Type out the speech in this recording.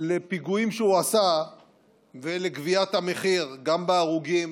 לפיגועים שהוא עשה ולגביית המחיר, גם בהרוגים